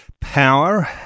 power